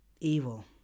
evil